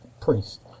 priest